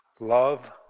Love